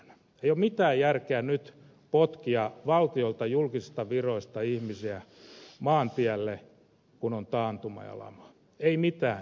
ei ole mitään järkeä nyt potkia valtiolta julkisista viroista ihmisiä maantielle kun on taantuma ja lama ei mitään järkeä